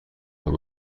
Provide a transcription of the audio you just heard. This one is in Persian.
راه